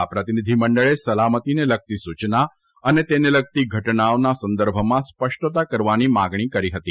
આ પ્રતિનિધિમંડળે સલામતિને લગતી સૂચના અને તેને લગતી ધટનાઓના સંદર્ભમાં સ્પષ્ટતા કરવાની માંગણી કરી હતી